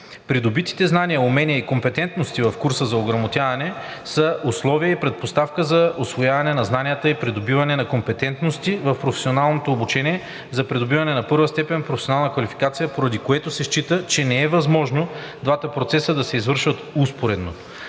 Придобитите знания, умения и компетентности в курса за ограмотяване са условие и предпоставка за усвояване на знанията и придобиване на компетентности в професионалното обучение за придобиване на първа степен професионална квалификация, поради което се счита, че не е възможно двата процеса да се извършват успоредно.